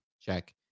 check